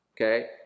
Okay